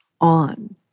on